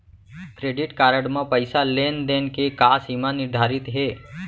Credit card म पइसा लेन देन के का सीमा निर्धारित हे?